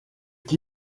qui